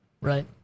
Right